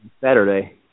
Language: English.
Saturday